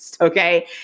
Okay